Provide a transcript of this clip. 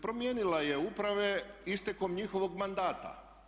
Promijenila je uprave istekom njihovog mandata.